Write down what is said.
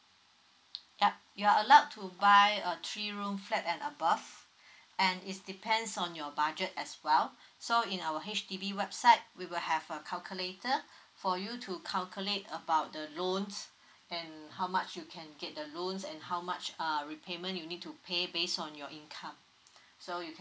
yup you are allowed to buy a three room flat and above and it depends on your budget as well so in our H_D_B website we will have a calculator for you to calculate about the loans and how much you can get the loans and how much err repayment you need to pay based on your income so you